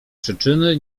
przyczyny